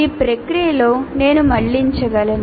ఈ ప్రక్రియలో నేను మళ్ళించగలను